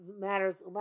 matters